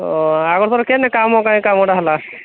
ଓ ଆଗ ଥର କେମିତି କାମ ପାଇଁ କାମଟା ହେଲା